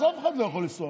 אז אף אחד לא יכול לנסוע,